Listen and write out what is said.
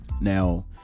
now